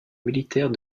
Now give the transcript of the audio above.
militaire